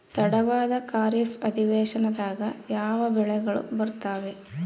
ತಡವಾದ ಖಾರೇಫ್ ಅಧಿವೇಶನದಾಗ ಯಾವ ಬೆಳೆಗಳು ಬರ್ತಾವೆ?